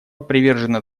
привержено